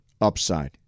upside